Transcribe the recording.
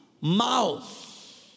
mouth